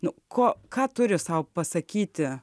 nu ko ką turi sau pasakyti